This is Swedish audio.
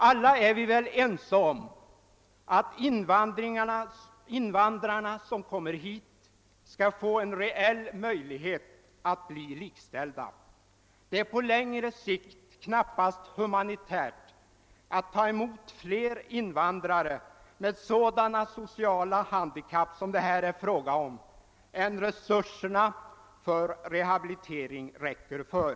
Alla är vi väl ense om att invandrarna skall få en rejäl möjlighet att bli likställda med oss själva. På längre sikt är det knappast humanitärt att ta emot fler invandrare med sådana sociala handikapp som det här är fråga om än att resurserna för rehabilitering räcker till.